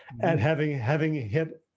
and having having ah hit,